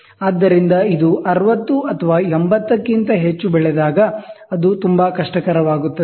ಆದ್ದರಿಂದ ಇದು 60 ಅಥವಾ 80 ಕ್ಕಿಂತ ಹೆಚ್ಚು ಬೆಳೆದಾಗ ಅದು ತುಂಬಾ ಕಷ್ಟಕರವಾಗುತ್ತದೆ